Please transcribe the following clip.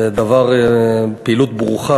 זו פעילות ברוכה,